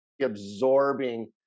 absorbing